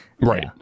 Right